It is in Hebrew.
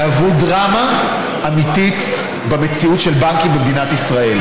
יהוו דרמה אמיתית במציאות של בנקים במדינת ישראל,